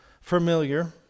familiar